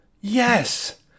yes